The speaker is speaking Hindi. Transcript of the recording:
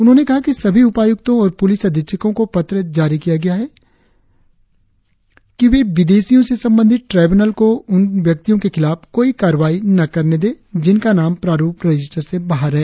उन्होंने कहा कि सभी उपायुक्तो और पुलिस अधीक्षको को पत्र जारी किया गया है कि वे विदेशियों से संबंधित ट्राब्यूनल को उन व्यक्तियो के खिलाफ कोई कार्रवाई न करने दें जिनका नाम प्रारुप रजिस्टर से बाहर है